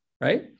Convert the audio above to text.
right